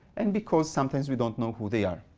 and because sometimes we don't know who they are.